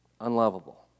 unlovable